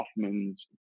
Hoffman's